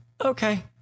Okay